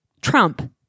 trump